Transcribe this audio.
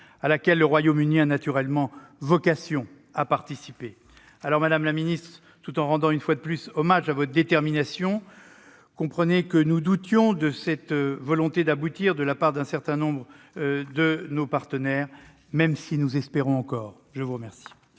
à laquelle le Royaume-Uni a naturellement vocation à participer. Madame la secrétaire d'État, tout en rendant encore une fois hommage à votre détermination, comprenez que nous doutions de cette volonté d'aboutir de la part d'un certain nombre de nos partenaires, même si nous espérons encore. La parole